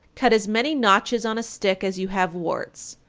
cut as many notches on a stick as you have warts,